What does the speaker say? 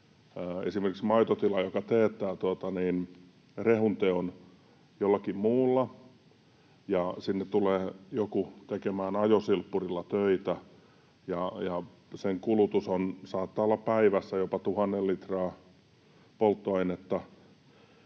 esimerkiksi maitotila teettää rehunteon jollakin muulla ja sinne tulee joku tekemään ajosilppurilla töitä ja sen kulutus saattaa olla päivässä jopa tuhannen litraa polttoainetta